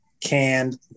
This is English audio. canned